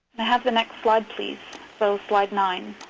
i have the next slide, please, so slide nine.